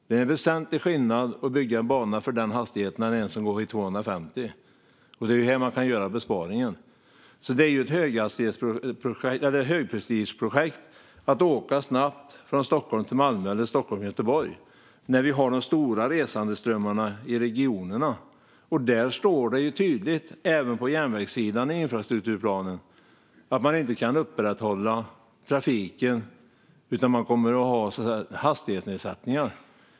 Det är en väsentlig skillnad mellan att bygga en bana för den hastigheten och att bygga en bana för 250 kilometer i timmen. Det är där man kan göra besparingen. Det är ett högprestigeprojekt att kunna åka snabbt från Stockholm till Malmö eller Göteborg. Men vi har de stora resandeströmmarna i regionerna. Det står tydligt, även på järnvägssidan i infrastrukturplanen, att trafiken inte kan upprätthållas där, utan man kommer att ha hastighetsnedsättningar.